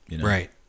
Right